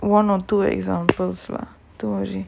one or two examples lah don't worry